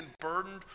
burdened